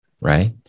Right